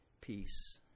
peace